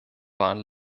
waren